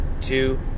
two